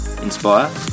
inspire